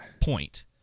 point